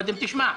קודם תשמע.